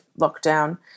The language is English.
lockdown